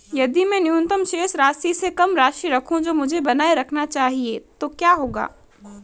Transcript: यदि मैं न्यूनतम शेष राशि से कम राशि रखूं जो मुझे बनाए रखना चाहिए तो क्या होगा?